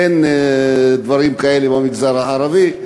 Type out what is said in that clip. אין דברים כאלה במגזר הערבי,